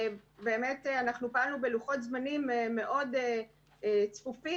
פעלנו בלוחות זמנים מאוד צפופים.